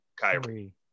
Kyrie